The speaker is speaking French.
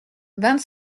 vingt